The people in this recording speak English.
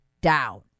down